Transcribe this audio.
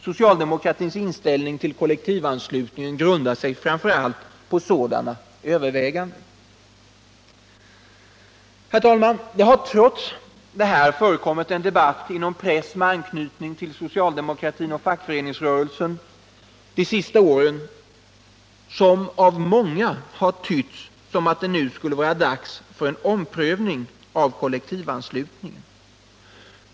Socialdemokratins inställning till kollektivanslutningen grundar sig framför allt på sådana överväganden. Herr talman! Det har trots detta förekommit en debatt inom press med anknytning till socialdemokratin och fackföreningsrörelsen de sista åren, som av många tytts som att det nu skulle vara dags för en omprövning av kollektivanslutningen.